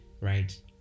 right